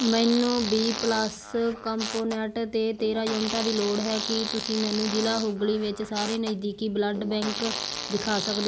ਮੈਨੂੰ B plus component ਦੇ ਤੇਰ੍ਹਾਂ ਯੂਨਿਟਾਂ ਦੀ ਲੋੜ ਹੈ ਕੀ ਤੁਸੀਂ ਮੈਨੂੰ ਜ਼ਿਲ੍ਹਾ ਹੂਗਲੀ ਵਿੱਚ ਸਾਰੇ ਨਜ਼ਦੀਕੀ ਬਲੱਡ ਬੈਂਕ ਦਿਖਾ ਸਕਦੇ